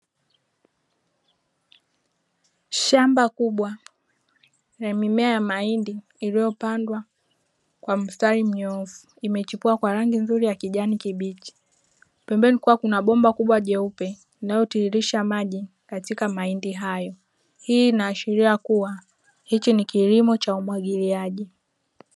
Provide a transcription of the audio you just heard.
Shamba kubwa la mimea ya mahindi iliyopandwa kwa msitari mnyoofu imechipua kwa rangi nzuri ya kijani kibichi, pembeni kukiwa kuna bomba jeupe linalotirirsha maji katika mahindi hayo, hii inaashiria kuwa hichi ni kilimo cha umwagiliaji.